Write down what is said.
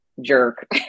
jerk